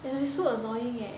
they were so annoying eh